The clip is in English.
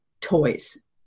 toys